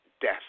death